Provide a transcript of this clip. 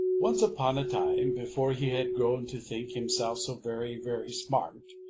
once upon a time, before he had grown to think himself so very, very smart,